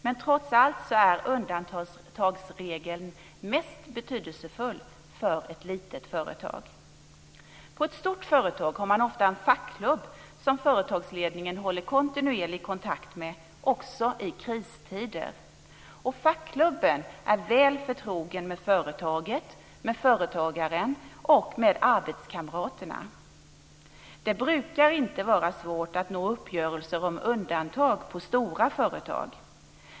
Men trots allt är undantagsregeln mest betydelsefull för ett litet företag. På ett stort företag har man ofta en fackklubb som företagsledningen håller kontinuerlig kontakt med också i kristider. Fackklubben är väl förtrogen med företaget, med företagaren och med arbetskamraterna. Det brukar inte vara svårt att nå uppgörelser om undantag på stora företag.